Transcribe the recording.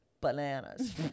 bananas